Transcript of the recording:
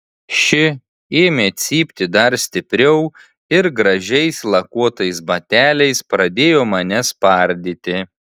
ši ėmė cypti dar stipriau ir gražiais lakuotais bateliais pradėjo mane spardyti